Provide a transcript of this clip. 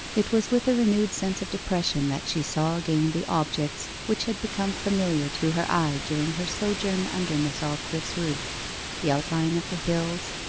it was with a renewed sense of depression that she saw again the objects which had become familiar to her eye during her sojourn under miss aldclyffe's roof the outline of the hills,